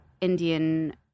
Indian